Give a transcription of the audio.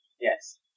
Yes